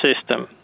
system